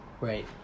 Right